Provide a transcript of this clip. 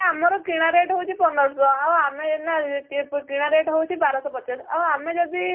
ଆମର କିଣା ରେଟ୍ ହେଉଛି ପନ୍ଦରଶହ ଆଉ ଆମେ ଏଇନା କିଣା ରେଟ୍ ହେଉଛି ବାରଶହ ପଚାଶ ଆଉ ଅମେ ଯଦି